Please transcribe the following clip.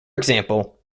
example